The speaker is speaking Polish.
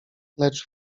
lecz